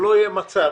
שלא יהיה מצב